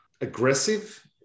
aggressive